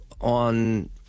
on